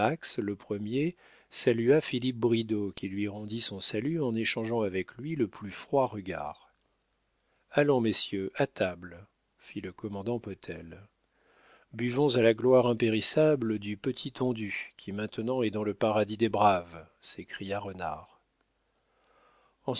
le premier salua philippe bridau qui lui rendit son salut en échangeant avec lui le plus froid regard allons messieurs à table fit le commandant potel buvons à la gloire impérissable du petit tondu qui maintenant est dans le paradis des braves s'écria renard